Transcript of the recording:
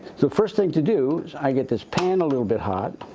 so, first thing to do, is i get this pan a little bit hot.